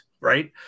right